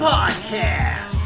Podcast